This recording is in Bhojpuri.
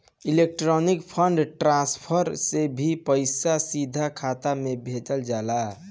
इलेक्ट्रॉनिक फंड ट्रांसफर से भी पईसा सीधा खाता में भेजल जाला